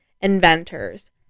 inventors